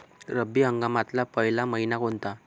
रब्बी हंगामातला पयला मइना कोनता?